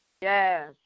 Yes